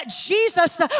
Jesus